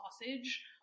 sausage